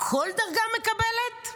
כל דרגה מקבלת?